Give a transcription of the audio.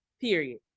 Period